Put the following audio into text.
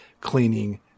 cleaning